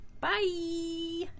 bye